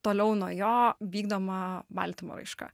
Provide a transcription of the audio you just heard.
toliau nuo jo vykdoma baltymo raiška